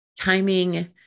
timing